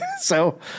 So-